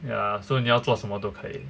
ya so 你要做什么都可以